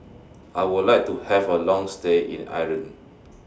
I Would like to Have A Long stay in Ireland